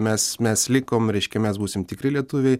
mes mes likom reiškia mes būsim tikri lietuviai